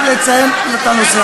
למה להפסיק?